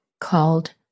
called